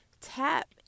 tap